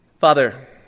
Father